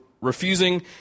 refusing